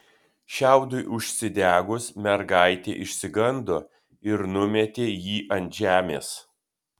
šiaudui užsidegus mergaitė išsigando ir numetė jį ant žemės